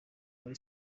muri